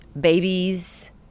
babies